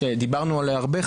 שדיברנו עליה הרבה,